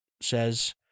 says